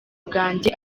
bwanjye